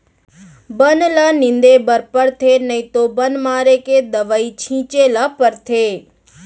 बन ल निंदे बर परथे नइ तो बन मारे के दवई छिंचे ल परथे